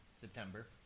September